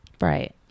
right